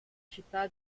città